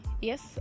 yes